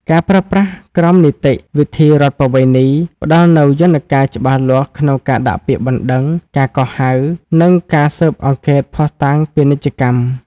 ការប្រើប្រាស់ "ក្រមនីតិវិធីរដ្ឋប្បវេណី" ផ្ដល់នូវយន្តការច្បាស់លាស់ក្នុងការដាក់ពាក្យបណ្ដឹង ការកោះហៅ និងការស៊ើបអង្កេតភស្តុតាងពាណិជ្ជកម្ម។